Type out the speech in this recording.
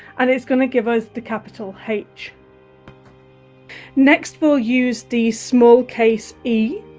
and it's going to give us the capital h next we'll use the small case e?